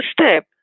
step